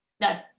No